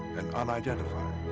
and unidentified.